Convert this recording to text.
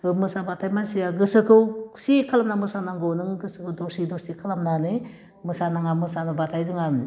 मोसाबाथाइ मानसिया सोगोखौ खुसि खालामना मोसानांगौ नों गोसोखौ दरसि दरसि खालामनानै मोसा नाङा मोसाबाथाइ जोंहा